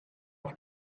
auf